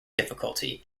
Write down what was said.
difficulty